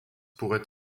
pourrait